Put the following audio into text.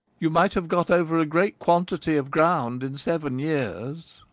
you might have got over a great quantity of ground in seven years,